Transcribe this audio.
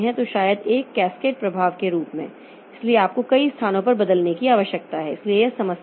तो शायद एक कैस्केड प्रभाव के रूप में इसलिए आपको कई स्थानों पर बदलने की आवश्यकता है इसलिए यह समस्या है